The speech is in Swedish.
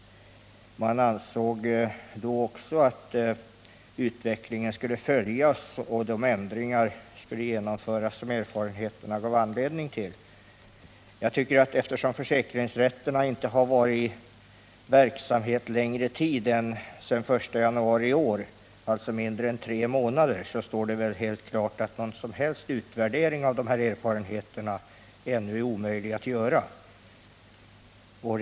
Man ansåg att utvecklingen skulle följas och de ändringar vidtas som erfarenheterna motiverade. Eftersom försäkringsrätterna inte har varit i verksamhet längre än sedan den 1 januari i år, dvs. mindre än tre månader, står det väl alldeles klart att någon som helst utvärdering av erfarenheterna är omöjlig att göra än så länge.